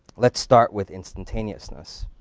let's start with instantaneousness.